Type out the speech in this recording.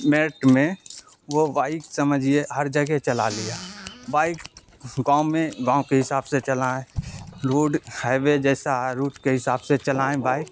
میرٹھ میں وہ بائک سمجھیے ہر جگہ چلا لیا بائک گاؤں میں گاؤں کے حساب سے چلائیں روڈ ہائی وے جیسا ہے روٹ کے حساب سے چلائیں بائک